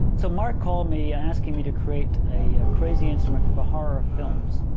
so, mark called me asking me to create a crazy instrument for horror films.